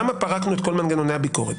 למה פרקנו את כל מנגנוני הביקורת?